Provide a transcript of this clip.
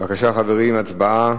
בבקשה, חברים, הצבעה.